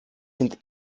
sind